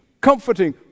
comforting